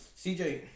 CJ